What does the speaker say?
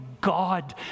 God